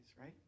right